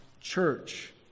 church